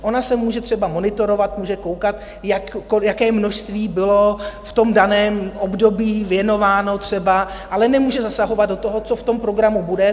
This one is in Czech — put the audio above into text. Ona může třeba monitorovat, může koukat, jaké množství bylo v tom daném období věnováno třeba, ale nemůže zasahovat do toho, co v tom programu bude.